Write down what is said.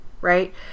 right